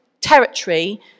territory